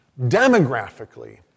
Demographically